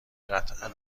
قطعا